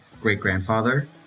great-grandfather